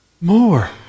more